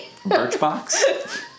Birchbox